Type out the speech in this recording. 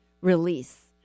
release